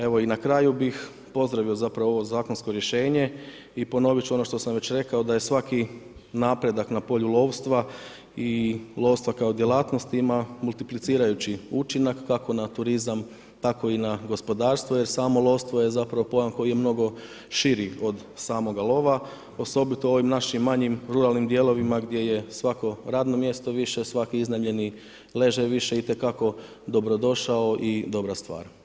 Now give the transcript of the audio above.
Evo, i na kraju bih pozdravio zapravo ovo zakonsko rješenje i ponovit ću ono što sam već rekao da je svaki napredak na polju lovstva i lovstva kao djelatnosti ima multiplicirajući učinak, kako na turizam, tako i na gospodarstvo jer samo lovstvo je zapravo pojam koji je mnogo širi od samoga lova, osobito u ovim našim manjim ruralnim dijelovima gdje je svako radno mjesto više, svaki iznajmljeni ležaj više itekako dobro došao i dobra stvar.